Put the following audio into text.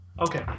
Okay